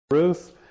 Ruth